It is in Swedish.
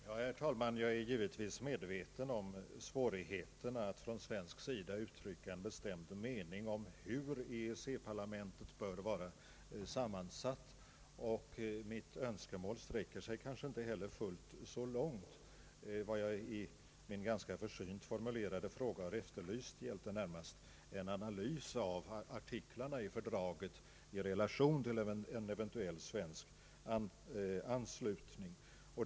Herr talman! Jag är givetvis medveten om svårigheterna att från svensk sida uttrycka en bestämd mening om hur EEC-parlamentet bör vara sammansatt, och mitt önskemål sträcker sig kanske inte heller fullt så långt. Vad jag i min ganska försynt formulerade fråga har efterlyst är närmast en analys av artiklarna i fördraget i relation till en eventuell svensk anslutning.